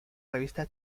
revista